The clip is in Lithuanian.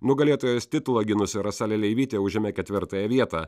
nugalėtojos titulą gynusi rasa leleivytė užėmė ketvirtąją vietą